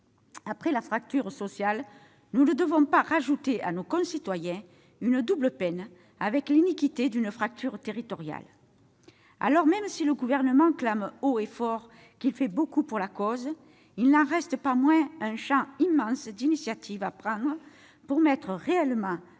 Après la fracture sociale, nous ne devons pas rajouter à nos concitoyens une double peine avec l'iniquité d'une fracture territoriale. Alors, même si le Gouvernement clame haut et fort qu'il fait beaucoup pour la cause, il n'en reste pas moins un champ immense d'initiatives à prendre pour mettre réellement